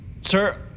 Sir